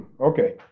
Okay